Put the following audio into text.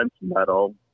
medal